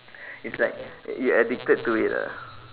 it's like you addicted to it ah